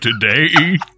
today